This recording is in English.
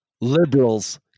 Liberals